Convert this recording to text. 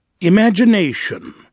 Imagination